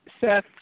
Seth